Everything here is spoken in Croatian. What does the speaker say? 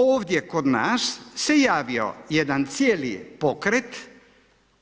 Ovdje kod nas se javio jedan cijeli pokret